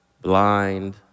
blind